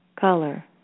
color